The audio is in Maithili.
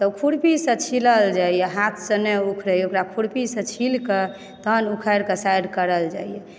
तऽ खुरपीसंँ छिलल जाइए हाथसंँ नहि उखड़ैए ओकरा खुरपीसंँ छील कऽ तहन उखारिके साइड करल जाइए